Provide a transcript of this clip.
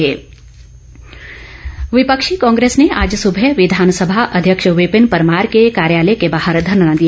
धरना विपक्षी कांग्रेस ने आज सुबह विधानसभा अध्यक्ष विपन परमार के कार्यालय के बाहर धरना दिया